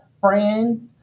friends